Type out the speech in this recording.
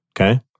Okay